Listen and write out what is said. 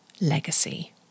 legacy